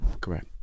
Correct